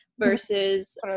versus